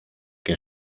que